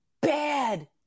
bad